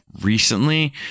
recently